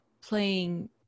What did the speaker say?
playing